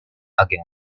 again